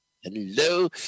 Hello